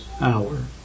hour